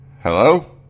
Hello